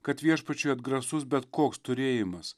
kad viešpačiui atgrasus bet koks turėjimas